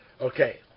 Okay